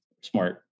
smart